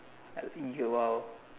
I'll ease you out